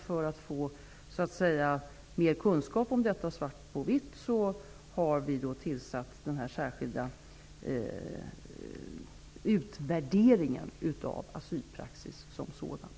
För att få mer kunskap om detta, svart på vitt, har vi alltså beslutat om den särskilda utvärderingen av asylpraxis som sådan.